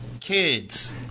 kids